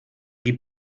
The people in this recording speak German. die